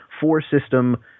four-system